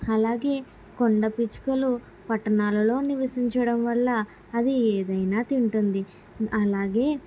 అలాగే కొండ పిచ్చుకలు పట్టణాలలో నివసించడం వల్ల అది ఏదైనా తింటుంది అలాగే